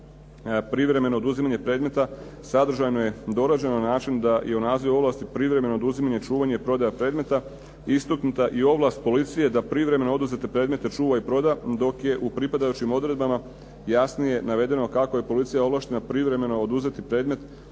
privremeno oduzimanje predmeta sadržajno je dorađeno na način da i u nazivu ovlasti privremeno oduzimanje i čuvanje i prodaja predmeta istaknuta i ovlast policije da privremeno oduzete predmete čuva i proda dok je u pripadajućim odredbama jasnije navedeno kako je policija ovlaštena privremeno oduzeti predmet